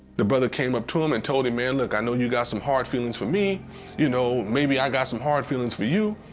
the brother came up to him and told him, man, look, i know you got some hard feelings for me you know maybe i got some hard feelings for you.